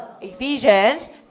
Ephesians